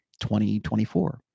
2024